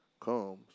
comes